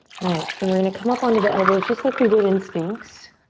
nice. then we're gonna come up onto the elbows just like we did in sphinx.